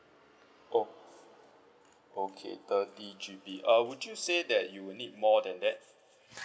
oh okay thirty G_B uh would you say that you'll need more than that